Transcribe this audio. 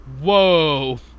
Whoa